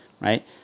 right